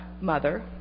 mother